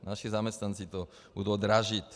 Naši zaměstnanci to budou dražit.